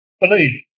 Believe